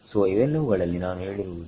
ಸೋಇವೆಲ್ಲವುಗಳಲ್ಲಿ ನಾನು ಹೇಳಿರುವುದು